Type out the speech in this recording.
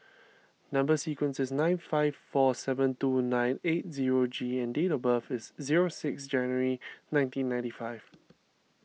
Number Sequence is nine five four seven two nine zero eight G and date of birth is zero six January nineteen ninety five